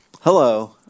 Hello